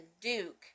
duke